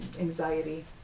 anxiety